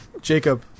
Jacob